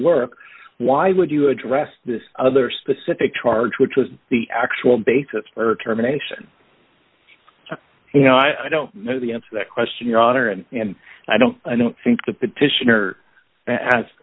work why would you address this other specific charge which was the actual basis for terminations you know i don't know the answer that question your honor and and i don't i don't think the petitioner has